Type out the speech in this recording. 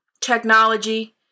technology